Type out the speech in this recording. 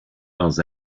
dans